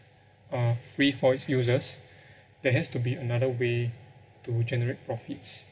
uh free for its users there has to be another way to generate profits